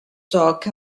talk